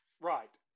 Right